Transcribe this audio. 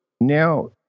now